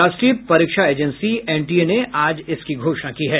राष्ट्रीय परीक्षा agency NTA ने आज इसकी घोषणा की है